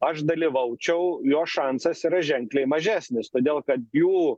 aš dalyvaučiau jo šansas yra ženkliai mažesnis todėl kad jų